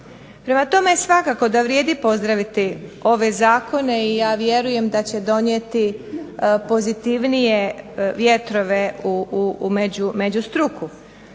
Prema tome svakako da vrijedi pozdraviti ove zakone i ja vjerujem da će donijeti pozitivnije vjetrove u među struku,